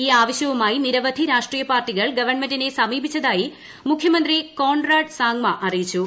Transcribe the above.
ഈ ആവശ്യവുമായി നിരവധി രാഷ്ട്രീയ പാർട്ടികൾ ഗവൺമെന്റിനെ സമീപിച്ചതായി മുഖ്യമന്ത്രി കോൺറാഡ് സാങ്മ അറിയിച്ചു